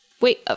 Wait